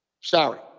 Sorry